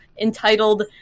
entitled